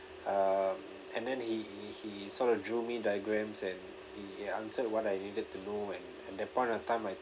um and then he he he sort of drew me diagrams and he he answered what I needed to know and and that point of time I